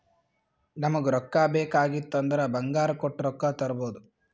ನಮುಗ್ ರೊಕ್ಕಾ ಬೇಕ್ ಆಗಿತ್ತು ಅಂದುರ್ ಬಂಗಾರ್ ಕೊಟ್ಟು ರೊಕ್ಕಾ ತರ್ಬೋದ್